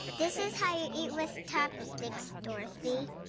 this is how you eat with chopsticks, dorothy.